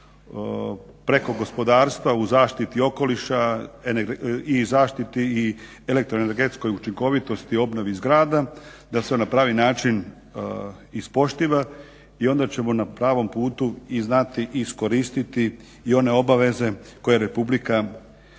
preko gospodarstva u zaštiti okoliša i zaštiti i elektroenergetskoj učinkovitosti i obnovi zgrada da se na pravi način ispoštiva i onda ćemo na pravom putu i znati iskoristiti i one obaveze koje RH ima